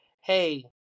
hey